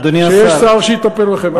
אדוני השר, שיש שר שיטפל בכם.